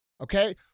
Okay